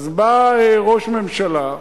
ואז בא ראש ממשלה,